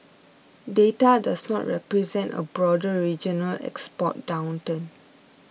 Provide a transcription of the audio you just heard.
data does not represent a broader regional export downturn